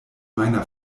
meiner